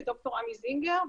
את ד"ר עמי זינגר,